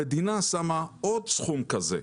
המדינה שמה עוד סכום כזה.